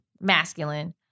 masculine